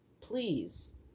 please